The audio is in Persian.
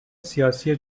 سیاسی